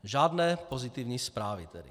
Žádné pozitivní zprávy tedy.